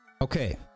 okay